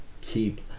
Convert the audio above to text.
keep